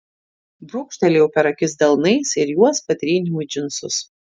brūkštelėjau per akis delnais ir juos patryniau į džinsus